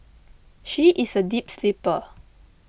she is a deep sleeper